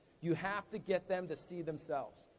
you have to get them to see themselves.